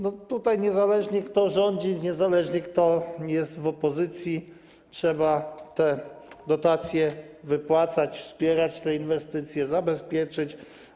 Niezależnie, kto rządzi, niezależnie, kto jest w opozycji, trzeba te dotacje wypłacać, wspierać te inwestycje, zabezpieczyć.